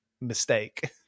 mistake